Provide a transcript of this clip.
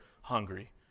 hungry